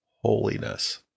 holiness